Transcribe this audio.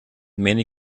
many